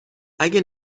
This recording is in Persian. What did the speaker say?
اگه